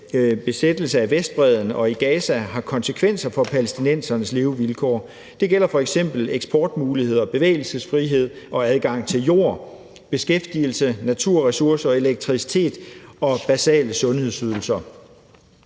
besættelse af Vestbredden og i Gaza har konsekvenser for palæstinensernes levevilkår. Det gælder f.eks. i forhold til eksportmuligheder, bevægelsesfrihed og adgang til jord, beskæftigelse, naturressourcer, elektricitet og basale sundhedsydelser.